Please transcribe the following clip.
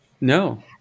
No